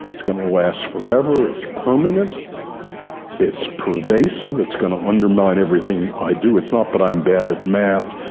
it's going to last for ever, it's permanent it's pervasive, it's going to undermine everything i do. it's not that but i'm bad at math,